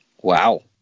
Wow